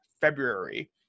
February